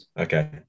okay